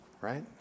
right